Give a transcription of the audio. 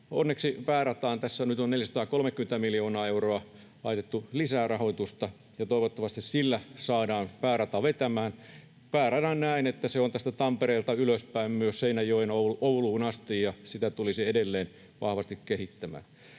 Onneksi päärataan tässä nyt on 430 miljoonaa euroa laitettu lisää rahoitusta, ja toivottavasti sillä saadaan päärata vetämään. Näen, että päärata on tästä Tampereelta ylöspäin, myös Seinäjoelta Ouluun asti, ja sitä tulisi edelleen vahvasti kehittää.